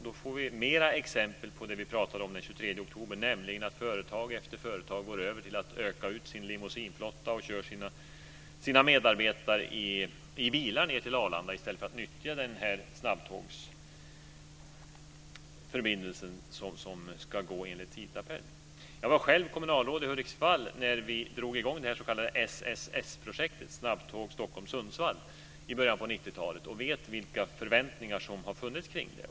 Då får vi fler exempel på det som vi talade om den 23 oktober, nämligen att företag efter företag går över till att utöka sin limousinflotta och kör sina medarbetare i bilar ned till Arlanda i stället för att nyttja den snabbtågsförbindelse som ska fungera enligt tidtabell. Jag var själv kommunalråd i Hudiksvall när vi drog i gång det s.k. SSS-projektet, snabbtåg Stockholm-Sundsvall, i början på 90-talet och vet vilka förväntningar som har funnits på det.